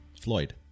Floyd